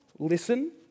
Listen